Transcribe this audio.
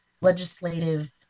legislative